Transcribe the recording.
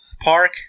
park